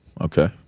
Okay